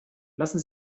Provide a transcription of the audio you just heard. lassen